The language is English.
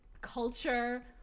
culture